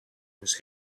was